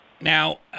Now